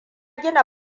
gina